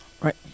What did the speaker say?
right